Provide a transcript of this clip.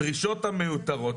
הדרישות המיותרות,